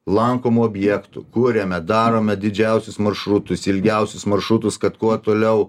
lankomų objektų kuriame darome didžiausius maršrutus ilgiausius maršrutus kad kuo toliau